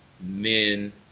men